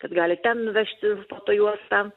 tad gali ten nuvežti foto juostą